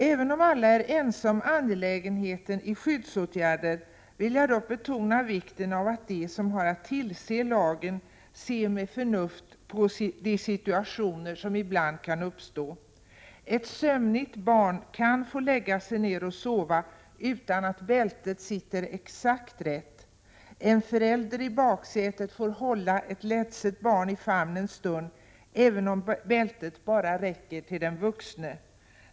Även om alla är ense om angelägenheten i skyddsåtgärderna, vill jag betona vikten av att de som har att tillse att lagen efterlevs ser med förnuft på de situationer som ibland kan uppstå. Ett sömnigt barn kan få lägga sig ner och sova utan att bältet sitter exakt rätt, och en förälder i baksätet får hålla ett ledset barn i famn en stund även om bältet bara räcker till den vuxne.